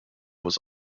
was